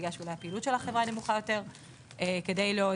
או בגלל שפעילות החברה נמוכה יותר,